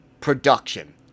production